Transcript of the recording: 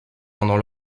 pendant